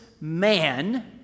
man